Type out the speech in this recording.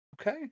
Okay